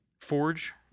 Forge